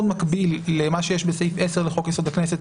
מקביל למה שיש בסעיף 10 לחוק-יסוד: הכנסת,